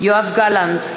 יואב גלנט,